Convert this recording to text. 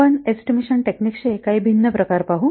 आपण एस्टिमेशन टेकनिक्सचे काही भिन्न प्रकार पाहू